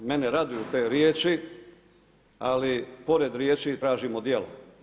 Mene raduju te riječi, ali pored riječi tražimo djelo.